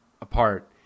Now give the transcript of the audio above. apart